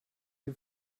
dem